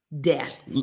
Death